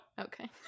Okay